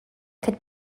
could